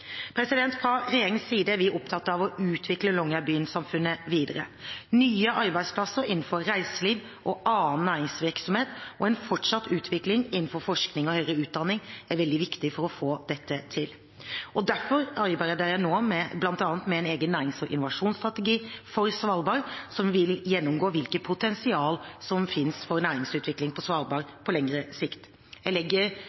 Fra regjeringens side er vi opptatt av å utvikle longyearbyensamfunnet videre. Nye arbeidsplasser innenfor reiseliv og annen næringsvirksomhet og en fortsatt utvikling innenfor forskning og høyere utdanning er veldig viktig for å få dette til. Derfor arbeider jeg nå med bl.a. en egen nærings- og innovasjonsstrategi for Svalbard, som vil gjennomgå hvilket potensial som finnes for næringsutvikling på